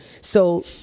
So-